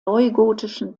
neugotischen